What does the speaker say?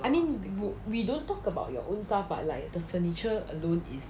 I mean we don't talk about your own stuff but like the furniture alone is